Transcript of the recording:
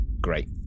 Great